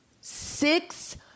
Six